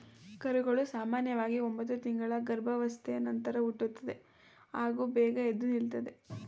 ಕರುಗಳು ಸಾಮನ್ಯವಾಗಿ ಒಂಬತ್ತು ತಿಂಗಳ ಗರ್ಭಾವಸ್ಥೆಯ ನಂತರ ಹುಟ್ಟುತ್ತವೆ ಹಾಗೂ ಬೇಗ ಎದ್ದು ನಿಲ್ತದೆ